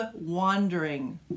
wandering